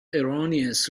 erroneous